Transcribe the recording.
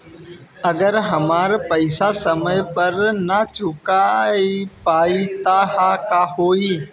अगर हम पेईसा समय पर ना चुका पाईब त का होई?